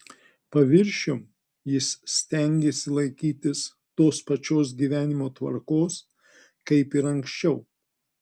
paviršium jis stengėsi laikytis tos pačios gyvenimo tvarkos kaip ir anksčiau